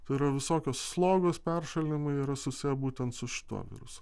tai yra visokios slogos peršalimai yra susiję būtent su šituo virusu